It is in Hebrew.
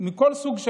מכל סוג,